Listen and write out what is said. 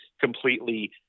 completely